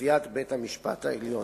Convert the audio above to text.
כנשיאת בית-המשפט העליון.